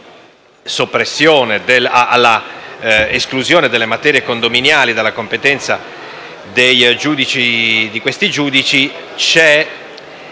subordine all'esclusione delle materie condominiali dalla competenza di questi giudici, c'è